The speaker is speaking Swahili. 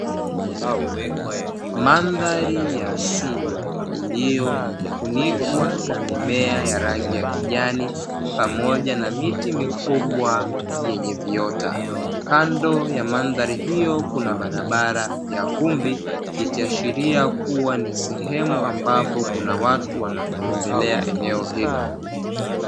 Mandhari ya asili iliyofunikwa na mimea ya rangi ya kijani pamoja na miti mikubwa yenye viota, kando ya mandhari hiyo kuna barabara ya vumbi ikiashiria kuwa ni sehemu ambapo kuna watu wanatembelea eneo hilo.